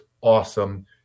awesome